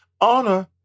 Honor